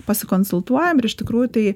pasikonsultuojam ir iš tikrųjų tai